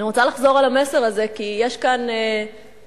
אני רוצה לחזור על המסר הזה, כי יש כאן אנשים,